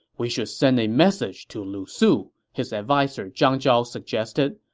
we should send a message to lu su, his adviser zhang zhao suggested.